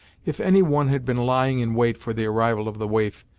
if any one had been lying in wait for the arrival of the waif,